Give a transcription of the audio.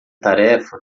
tarefa